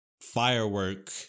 firework